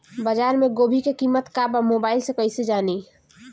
बाजार में गोभी के कीमत का बा मोबाइल से कइसे जानी?